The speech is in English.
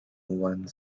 one